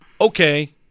Okay